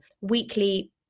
weekly